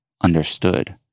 understood